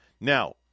Now